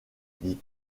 dit